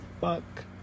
fuck